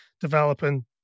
developing